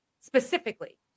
specifically